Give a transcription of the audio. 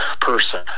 person